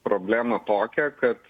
problemą tokią kad